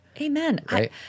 Amen